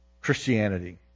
Christianity